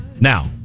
Now